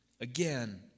again